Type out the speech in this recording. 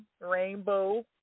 Rainbow